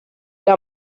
l’ha